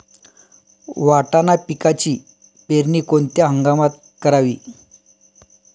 वाटाणा पिकाची पेरणी कोणत्या हंगामात करावी?